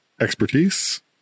Expertise